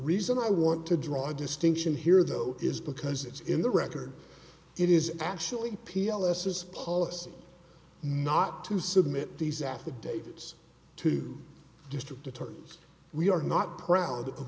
reason i want to draw a distinction here though is because it's in the record it is actually p l s s policy not to submit these affidavits to district attorneys we are not proud of